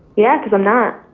yeah, cause i'm not.